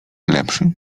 lepszy